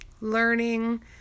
learning